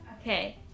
Okay